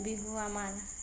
বিহু আমাৰ